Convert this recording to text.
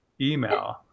email